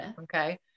okay